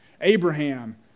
Abraham